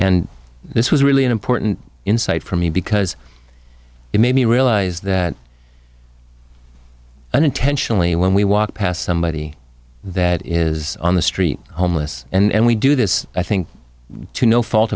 and this was really an important insight for me because it made me realize that unintentionally when we walk past somebody that is on the street homeless and we do this i think to no fault